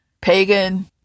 pagan